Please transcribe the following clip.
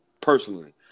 personally